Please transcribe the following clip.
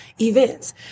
events